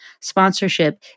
Sponsorship